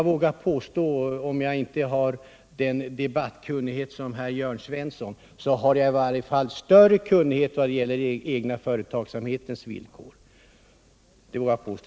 Även om jag inte har lika stor debattkunnighet som herr Jörn Svensson har jag större kunnighet än han vad gäller den egna företagsamhetens villkor — det vågar jag påstå.